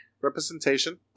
representation